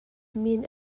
min